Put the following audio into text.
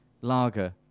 lager